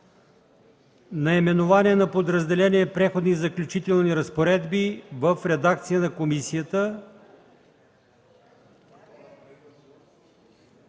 наименованието на подразделението „Преходни и заключителни разпоредби” в редакцията на комисията.